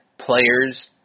players